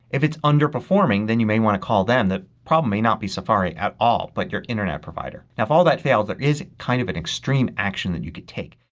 if it's underperforming then you may want to call them. the problem may not be safari at all but your internet provider. now if all that fails there is kind of an extreme action that you can take.